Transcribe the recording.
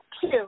Two